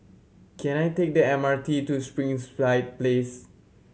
can I take the M R T to Springside Place